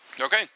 Okay